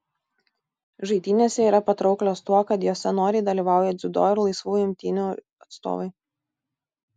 žaidynėse yra patrauklios tuo kad jose noriai dalyvauja dziudo ir laisvųjų imtynių atstovai